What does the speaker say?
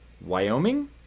Wyoming